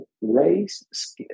race